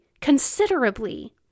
considerably